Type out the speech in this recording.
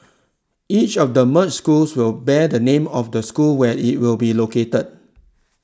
each of the merged schools will bear the name of the school where it will be located